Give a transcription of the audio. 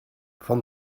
van